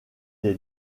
est